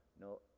no